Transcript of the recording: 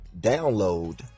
download